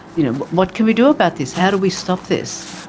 you know, what can we do about this, how do we stop this?